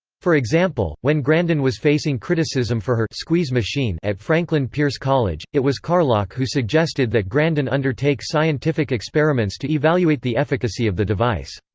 for example, when grandin was facing criticism for her squeeze machine at franklin pierce college, it was carlock who suggested that grandin undertake scientific experiments to evaluate the efficacy of the device.